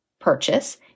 purchase